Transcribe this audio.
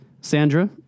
Sandra